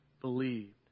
believed